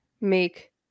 make